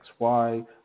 XY